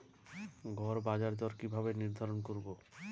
গড় বাজার দর কিভাবে নির্ধারণ করব?